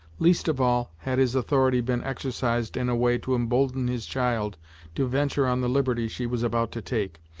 least of all had his authority been exercised in a way to embolden his child to venture on the liberty she was about to take,